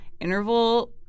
interval